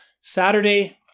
Saturday